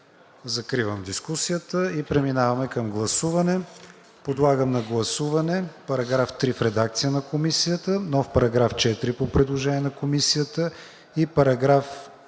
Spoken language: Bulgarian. Закривам дискусията и преминаваме към гласуване. Подлагам на гласуване § 3 в редакция на Комисията; нов § 4 по предложение на Комисията; параграфи